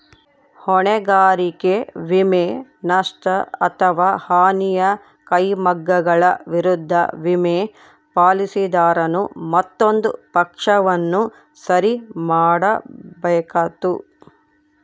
ಹೊಣೆಗಾರಿಕೆ ವಿಮೆ, ನಷ್ಟ ಅಥವಾ ಹಾನಿಯ ಕ್ಲೈಮ್ಗಳ ವಿರುದ್ಧ ವಿಮೆ, ಪಾಲಿಸಿದಾರನು ಮತ್ತೊಂದು ಪಕ್ಷವನ್ನು ಸರಿ ಮಾಡ್ಬೇಕಾತ್ತು